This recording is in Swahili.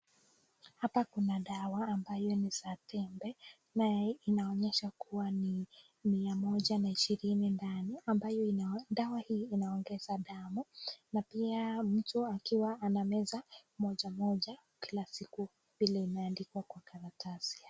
Hapa kuna dawa ambayo ni ya tembe, nayo inaonyesha kuwa ni mia moja na ishirini ndani, ambayo dawa hii inaongeza damu. Na pia mtu akiwa anameza moja moja kila siku vile imeandikwa kwa karatasi.